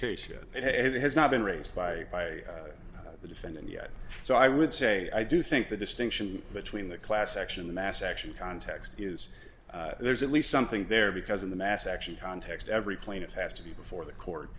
case yet it has not been raised by the defendant yet so i would say i do think the distinction between the class action the mass action context is there's at least something there because of the mass action context every plaintiff has to be before the court